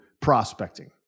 prospecting